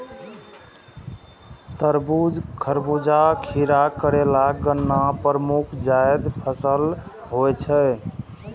तरबूज, खरबूजा, खीरा, करेला, गन्ना प्रमुख जायद फसल होइ छै